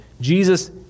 Jesus